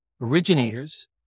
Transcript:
originators